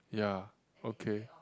ya okay